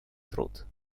труд